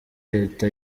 leta